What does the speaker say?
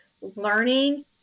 learning